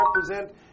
represent